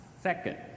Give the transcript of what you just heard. second